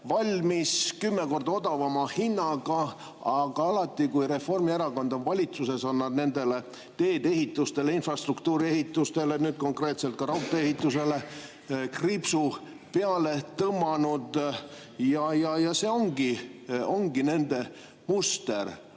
valmis kümme korda odavama hinnaga, aga alati, kui Reformierakond on valitsuses, on nad teedeehitusele, infrastruktuuriehitusele, nüüd konkreetselt ka raudtee-ehitusele kriipsu peale tõmmanud. Ja see ongi nende muster.